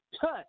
touch